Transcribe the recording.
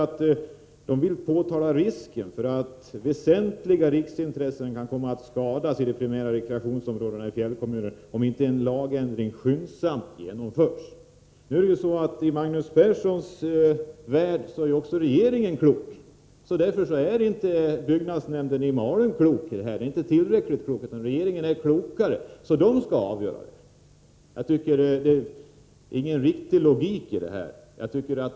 De har också påtalat risken för att väsentliga riksintressen kan komma att skadas i de primära rekreationsområdena i fjällkommunerna, om inte en lagändring skyndsamt genomförs. I Magnus Perssons värld är ju också regeringen klok. Den är klokare än byggnadsnämnden i Malung, och därför skall regeringen avgöra det här. Jag tycker inte att det finns någon logik i detta.